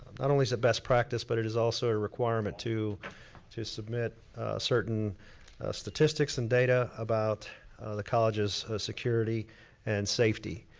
not only as a best practice, but it is also a requirement to to submit certain statistics and data about the college's security and safety.